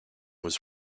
was